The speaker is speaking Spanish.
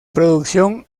producción